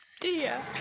dear